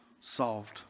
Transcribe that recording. solved